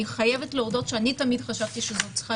אני חייבת להודות שאני תמיד חשבתי שזו צריכה